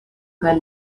kaj